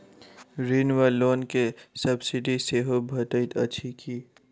ऋण वा लोन केँ सब्सिडी सेहो भेटइत अछि की?